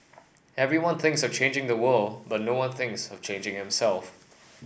everyone thinks of changing the world but no one thinks of changing himself